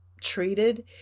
treated